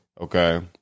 okay